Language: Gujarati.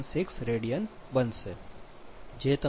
05 0